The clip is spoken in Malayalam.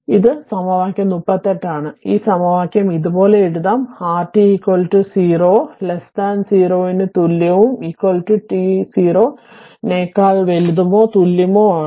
ഇത് സമവാക്യം 38 ആണ് ഈ സമവാക്യം ഇതുപോലെ എഴുതാം rt 0 ort 0 ന് തുല്യവും t 0 നെക്കാൾ വലുതോ തുല്യമോ ആണ്